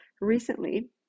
Recently